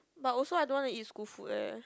but also I don't want to want to eat school food eh